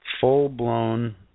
Full-blown